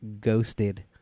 Ghosted